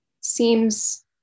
seems